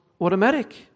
automatic